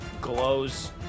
glows